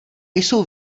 jsou